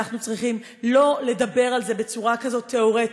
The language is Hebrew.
אנחנו צריכים לא לדבר על זה בצורה כזאת תאורטית.